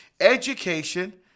Education